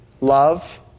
love